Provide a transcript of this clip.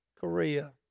Korea